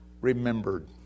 remembered